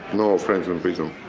no friends in prison.